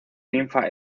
ninfa